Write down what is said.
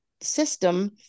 system